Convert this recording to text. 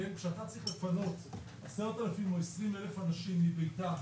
כשאתה צריך לפנות 10,000 או 20,000 אנשים מביתם